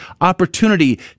opportunity